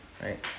Right